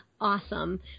awesome